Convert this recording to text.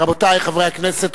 רבותי חברי הכנסת,